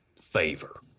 favor